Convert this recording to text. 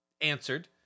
answered